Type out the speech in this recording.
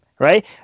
Right